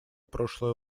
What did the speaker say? прошлой